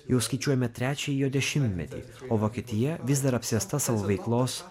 jau skaičiuojame trečiąjį jo dešimtmetį o vokietija vis dar apsėsta savo veiklos